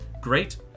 great